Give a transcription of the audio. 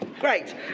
great